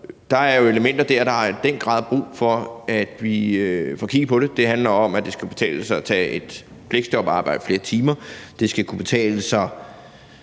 Der er jo elementer der, som der i den grad er brug for at vi får kigget på. Det handler om, at det skal kunne betale sig at tage et fleksjob og arbejde flere timer. Vi er nødt til